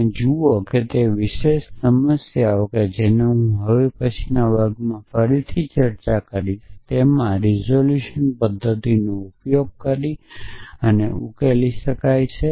અને જુઓ કે તે વિશેષ સમસ્યા જેની હું હવે પછીના વર્ગમાં ફરીથી ચર્ચા કરીશ તેમાં રીઝોલ્યુશન પદ્ધતિનો ઉપયોગ કરીને ઉકેલી શકાય છે